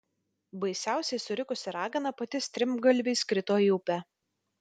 baisiausiai surikusi ragana pati strimgalviais krito į upę